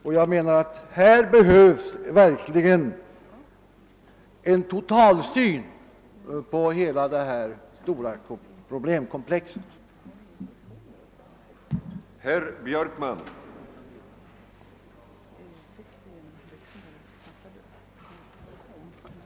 För övrigt vidhåller jag, att det behövs en totalsyn på hela det stora problemkomplex som trafikpolitiken utgör.